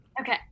Okay